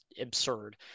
absurd